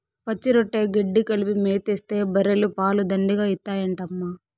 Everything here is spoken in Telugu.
పచ్చిరొట్ట గెడ్డి కలిపి మేతేస్తే బర్రెలు పాలు దండిగా ఇత్తాయంటమ్మా